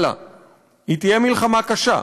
היא לא תהיה מלחמה קלה,